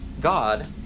God